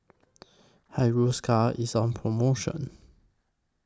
Hiruscar IS on promotion